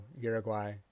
Uruguay